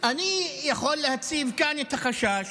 אני יכול להציב כאן את החשש